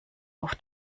auf